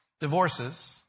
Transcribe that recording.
divorces